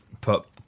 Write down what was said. put